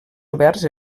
oberts